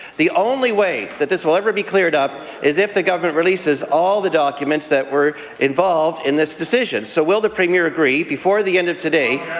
the only way this will ever be cleared up is if the government releases all the documents that were involved in this decision. so will the premier agree, before the end of today,